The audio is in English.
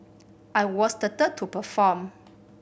I was the third to perform